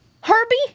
Herbie